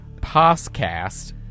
Podcast